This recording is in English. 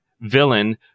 villain